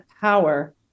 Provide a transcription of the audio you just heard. power